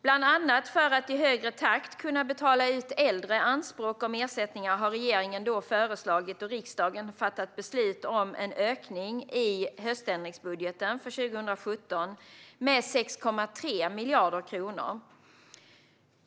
Bland annat för att i högre takt kunna betala ut äldre anspråk om ersättningar har regeringen föreslagit och riksdagen fattat beslut om en ökning i höständringsbudgeten 2017 med 6,3 miljarder kronor.